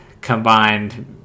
combined